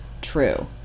true